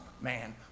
man